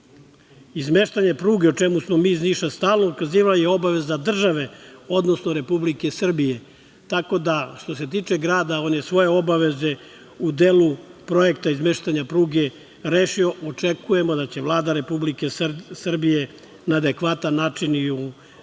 Niša. Izmeštanje pruge, o čemu smo mi iz Niša stalno ukazivali, je obaveza države, odnosno Republike Srbije, tako da što se tiče grada, on je svoje obaveze u delu projekta izmeštanja pruge rešio. Očekujemo da će Vlada Republike Srbije na adekvatan način i u